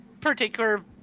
particular